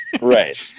Right